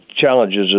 challenges